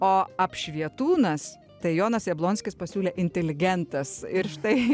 o apšvietūnas tai jonas jablonskis pasiūlė inteligentas ir štai